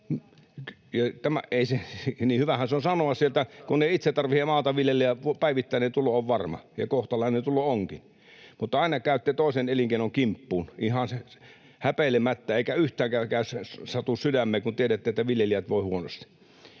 hyvähän se on sanoa sieltä, kun ei itse tarvitse maata viljellä ja päivittäinen tulo on varma, ja kohtalainen tulo onkin. Mutta aina käytte toisen elinkeinon kimppuun ihan häpeilemättä, eikä yhtään satu sydämeen, kun tiedätte, että viljelijät voivat huonosti.